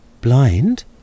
blind